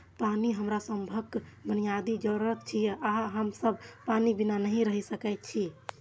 पानि हमरा सभक बुनियादी जरूरत छियै आ हम सब पानि बिना नहि रहि सकै छी